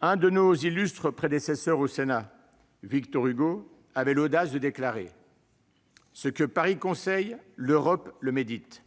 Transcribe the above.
L'un de nos illustres prédécesseurs au Sénat, Victor Hugo, avait l'audace de déclarer :« Ce que Paris conseille, l'Europe le médite ;